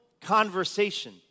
conversation